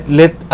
let